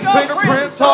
Fingerprints